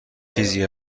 چیزی